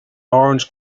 orange